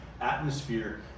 atmosphere